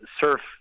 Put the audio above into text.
surf